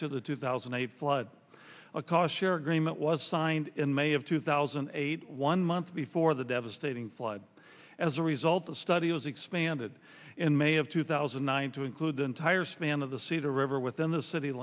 to the two thousand and eight flood a cause share agreement was signed in may of two thousand and eight one month before the devastating flood as a result the study was expanded in may of two thousand and nine to include the entire span of the cedar river within the city